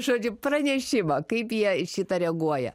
žodžiu pranešimą kaip jie į šitą reaguoja